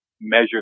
measure